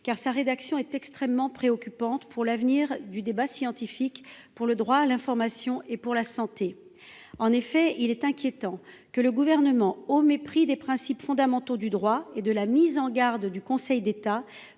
dont la rédaction est extrêmement préoccupante pour l’avenir du débat scientifique, pour le droit à l’information et pour la santé. Il est inquiétant que le Gouvernement veuille passer en force, au mépris des principes fondamentaux du droit et de la mise en garde du Conseil d’État.